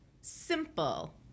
simple